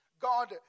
God